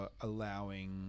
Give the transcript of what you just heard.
allowing